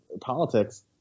politics